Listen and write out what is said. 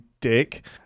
dick